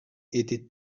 était